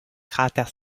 cratères